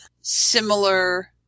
similar